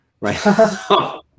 right